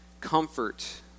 comfort